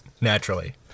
Naturally